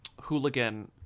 hooligan